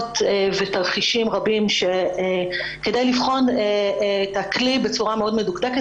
ותרחישים רבים וזאת כדי לבחון את הכלי בצורה מאוד מדוקדקת.